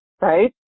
right